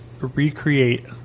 recreate